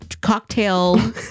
cocktail